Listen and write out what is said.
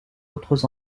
autres